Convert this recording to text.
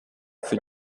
für